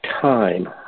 time